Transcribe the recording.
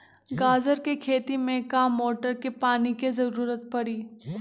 गाजर के खेती में का मोटर के पानी के ज़रूरत परी?